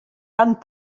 tant